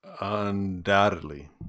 Undoubtedly